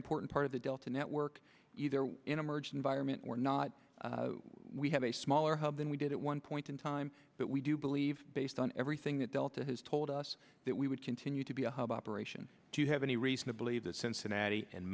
important part of the delta network either in emerging vironment or not we have a smaller hub than we did at one point in time but we do believe based on everything that delta has told us that we would continue to be a hub operation do you have any reason to believe that cincinnati